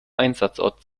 einsatzort